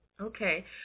Okay